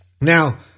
Now